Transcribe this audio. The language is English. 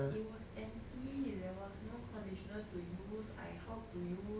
it was empty there was no conditioner to use I how to use